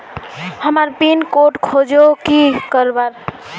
हमार pin code खोजोही की करवार?